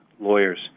lawyers